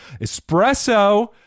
Espresso